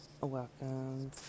Welcome